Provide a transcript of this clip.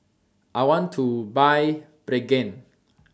I want to Buy Pregain